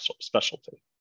specialty